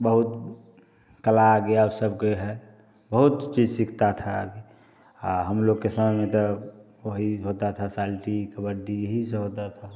बहुत कला आ गया और सबके है बहुत चीज सीखता था अभी हम लोग के समय में तो वही होता था साल्टी कबड्डी यही सब होता था